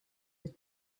the